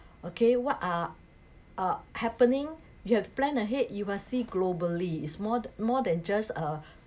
okay what are uh happening you have to plan ahead you will see globally is more more than just a